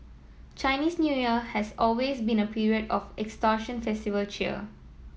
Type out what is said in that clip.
Chinese New Year has always been a period of extortion festival cheer